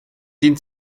dient